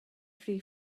free